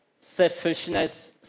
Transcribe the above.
selfishness